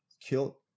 kill